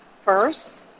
First